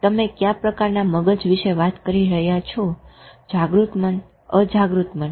તમે ક્યાં પ્રકારના મગજ વિશે વાત કરી રહ્યા છો જાગૃત મન અજાગૃત મન